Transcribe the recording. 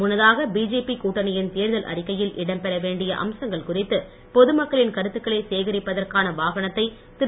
முன்னதாக பிஜேபி கூட்டணியின் தேர்தல் அறிக்கையில் இடம்பெற வேண்டிய அம்சங்கள் குறித்து பொதுமக்களின் கருத்துக்களை சேகரிப்பதற்கான வாகனத்தை திரு